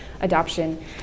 adoption